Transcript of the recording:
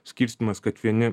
skirstymas kad vieni